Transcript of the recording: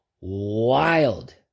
wild